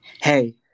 Hey